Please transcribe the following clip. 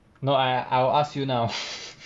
no I I will ask you now